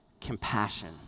compassion